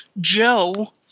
Joe